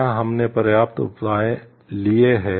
क्या हमने पर्याप्त उपाय किए हैं